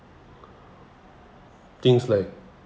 things like